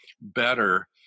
better